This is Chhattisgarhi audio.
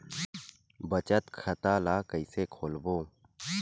बचत खता ल कइसे खोलबों?